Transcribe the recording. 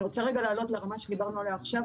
אני רוצה רגע להעלות לרמה שדיברנו עליה עכשיו,